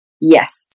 Yes